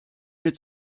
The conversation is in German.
wir